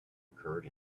occurred